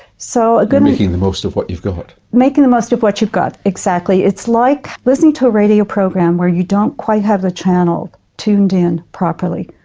so making the most of what you've got. making the most of what you've got, exactly. it's like listening to a radio program where you don't quite have the channel tuned in properly.